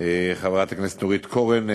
חברת הכנסת נורית קורן,